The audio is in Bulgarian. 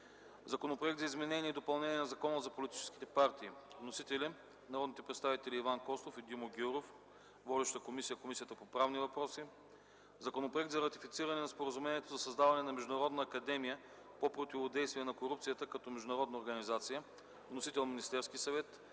Законопроект за изменение и допълнение на Закона за политическите партии. Вносители са народните представители Иван Костов и Димо Гяуров. Водеща е Комисията по правни въпроси. Законопроект за ратифициране на Споразумението за създаване на Международна академия по противодействие на корупцията като международна организация. Вносител е Министерският съвет.